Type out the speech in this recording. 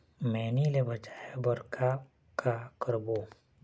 मैनी ले बचाए बर का का करबो?